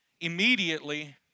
Immediately